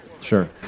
sure